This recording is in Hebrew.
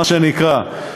מה שנקרא,